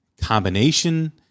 combination